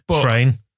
train